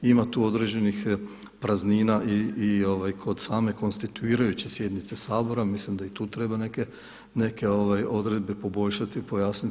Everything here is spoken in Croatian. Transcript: Ima tu određenih praznina i kod same konstituirajuće sjednice Sabora, mislim da i tu treba neke odredbe poboljšati, pojasniti.